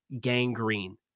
gangrene